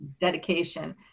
dedication